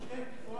בוודאי.